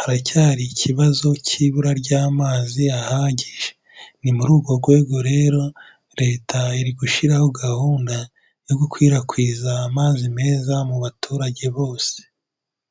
haracyari ikibazo cy'ibura ry'amazi ahagije, ni muri urwo rwego rero leta iri gushyiraho gahunda yo gukwirakwiza amazi meza mu baturage bose.